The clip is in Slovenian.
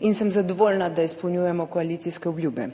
in sem zadovoljna, da izpolnjujemo koalicijske obljube.